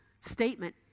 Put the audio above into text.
statement